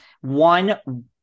one